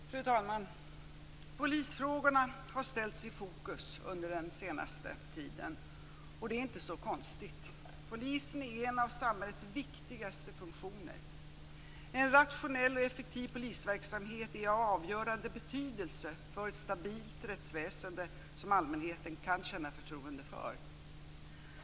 Fru talman! Polisfrågorna har ställts i fokus under den senaste tiden. Det är inte så konstigt. Polisen är en av samhällets viktigaste funktioner. En rationell och effektiv polisverksamhet är av avgörande betydelse för ett stabilt rättsväsende som allmänheten kan känna förtroende för.